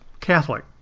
Catholic